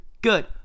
Good